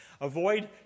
Avoid